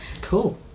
Cool